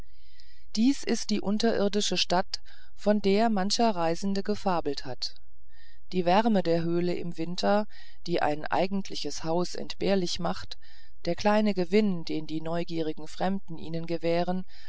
dies ist die unterirdische stadt von der mancher reisende gefabelt hat die wärme der höhle im winter die ein eigentliches haus entbehrlich macht der kleine gewinn den die neugierigen fremden ihnen gewähren